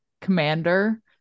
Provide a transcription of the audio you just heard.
Commander